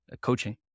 coaching